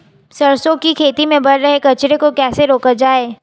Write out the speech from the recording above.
सरसों की खेती में बढ़ रहे कचरे को कैसे रोका जाए?